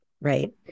right